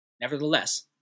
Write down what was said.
Nevertheless